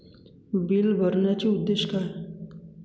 Bill भरण्याचे उद्देश काय?